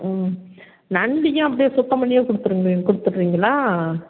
ம் நண்டையும் அப்படியே சுத்தம் பண்ணியே கொடுத்துடுங்க கொடுத்துறீங்களா